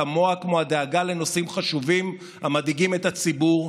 כמו הדאגה לנושאים חשובים המדאיגים את הציבור,